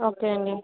okay అండి